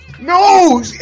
No